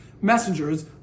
messengers